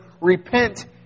repent